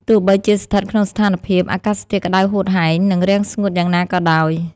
ទោះបីជាស្ថិតក្នុងស្ថានភាពអាកាសធាតុក្ដៅហួតហែង និងរាំងស្ងួតយ៉ាងណាក៏ដោយ។